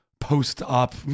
post-op